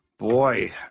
Boy